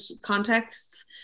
contexts